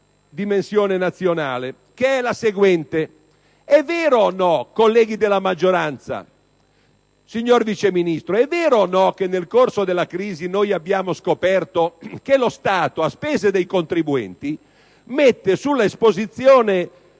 dimensione nazionale, che è la seguente: è vero o no, colleghi della maggioranza, signor Vice ministro, che nel corso della crisi abbiamo scoperto che lo Stato a spese dei contribuenti mette sulle banche, in